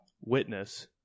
witness